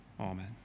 Amen